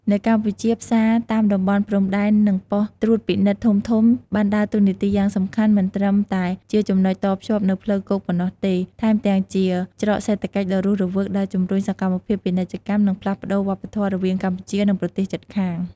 នៅកម្ពុជា ផ្សារតាមតំបន់ព្រំដែន និងប៉ុស្តិ៍ត្រួតពិនិត្យធំៗបានដើរតួនាទីយ៉ាងសំខាន់ មិនត្រឹមតែជាចំណុចតភ្ជាប់ផ្លូវគោកប៉ុណ្ណោះទេ ថែមទាំងជា ច្រកសេដ្ឋកិច្ចដ៏រស់រវើក ដែលជំរុញសកម្មភាពពាណិជ្ជកម្ម និងផ្លាស់ប្តូរវប្បធម៌រវាងកម្ពុជា និងប្រទេសជិតខាង។